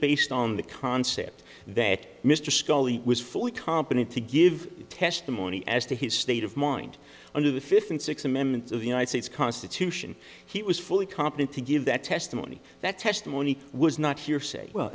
based on the concept that mr scully was fully competent to give testimony as to his state of mind under the fifth and sixth amendments of the united states constitution he was fully competent to give that testimony that testimony was not